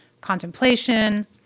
contemplation